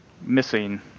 missing